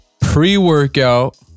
pre-workout